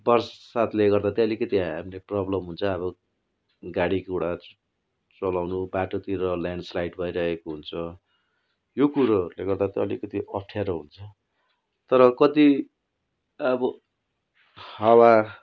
बर्सातले गर्दा चाहिँ अलिकति हामीलाई प्रोब्लम हुन्छ अब गाडी घोडा चलाउनु बाटोतिर ल्यानस्लाइड भइराखेको हुन्छ यो कुरोहरूले गर्दा त अलिकति अप्ठ्यारो हुन्छ तर कति अब हावा